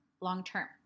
long-term